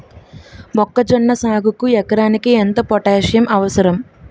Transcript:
మొక్కజొన్న సాగుకు ఎకరానికి ఎంత పోటాస్సియం అవసరం?